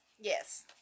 Yes